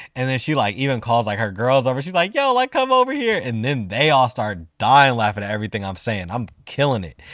and then she like even calls like her girls over. she's like, yo, like come over here. and then they all start dying laughing at everything i'm saying. i'm killing it.